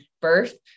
birth